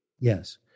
Yes